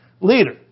leader